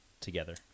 together